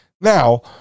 now